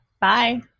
Bye